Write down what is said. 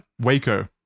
Waco